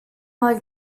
like